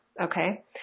okay